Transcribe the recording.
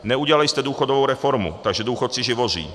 Neudělali jste důchodovou reformu, takže důchodci živoří.